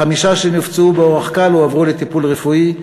החמישה שנפצעו באורח קל הועברו לטיפול רפואי,